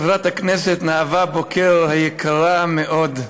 חברת הכנסת נאוה בוקר היקרה מאוד,